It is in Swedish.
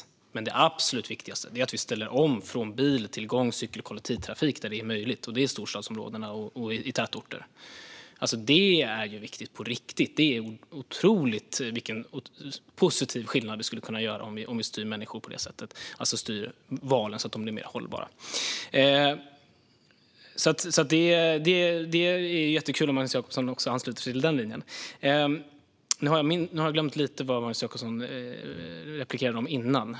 Det absolut viktigaste är dock att vi ställer om från bil till gång-, cykel och kollektivtrafik där det är möjligt. Det är i storstadsområdena och i tätorter. Det är viktigt på riktigt. Det skulle kunna göra en otroligt positiv skillnad om vi på det sättet kan styra människors val så att de blir mer hållbara. Det skulle vara jättekul om Magnus Jacobsson också anslöt sig till den linjen. Nu har jag glömt vad Magnus Jacobsson sa före det i sin replik.